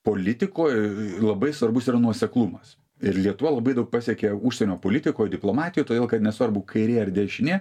politikoj labai svarbus yra nuoseklumas ir lietuva labai daug pasiekė užsienio politikoj diplomatijoj todėl kad nesvarbu kairė ar dešinė